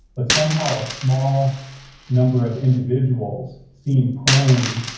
but somehow a small number of individuals seem prone.